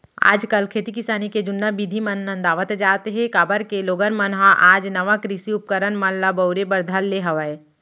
आज काल खेती किसानी के जुन्ना बिधि मन नंदावत जात हें, काबर के लोगन मन ह आज नवा कृषि उपकरन मन ल बउरे बर धर ले हवय